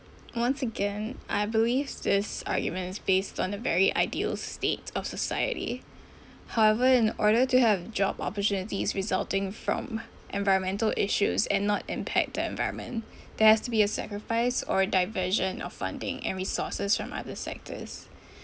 once again I believe this argument is based on a very ideal state of society however in order to have job opportunities resulting from environmental issues and not impact the environment there has to be a sacrifice or diversion of funding and resources from other sectors